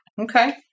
Okay